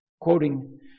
Quoting